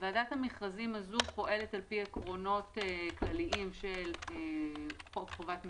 ועדת המכרזים הזו פועלת על פי עקרונות כלליים של חוק חובת מכרזים,